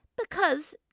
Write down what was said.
Because